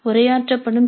உரையாற்றப்படும் C